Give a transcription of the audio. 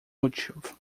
motivo